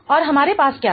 और हमारे पास क्या है